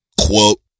Quote